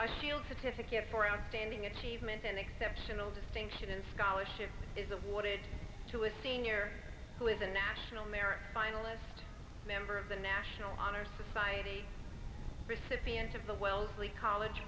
feel certificate for outstanding achievement an exceptional distinction in scholarship is awarded to a senior who is a national merit finalist member of the national honor society recipient of the wellesley college